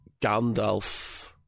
Gandalf